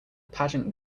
pageant